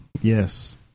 Yes